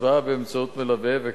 הצבעה באמצעות מלווה,